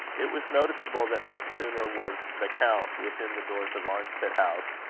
it was noticeable that no sooner was the count within the doors of arnstead house,